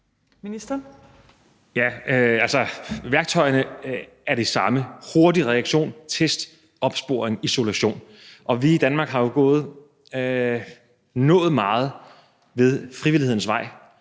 (Magnus Heunicke): Værktøjerne er de samme: Hurtig reaktion, test, opsporing, isolation. Vi i Danmark har jo nået meget ad frivillighedens vej,